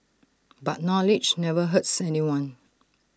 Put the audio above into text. but knowledge never hurts anyone